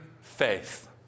faith